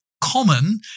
common